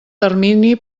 termini